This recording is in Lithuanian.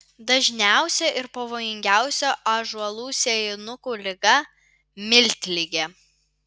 dažniausia ir pavojingiausia ąžuolų sėjinukų liga miltligė